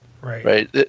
right